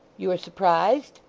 you are surprised?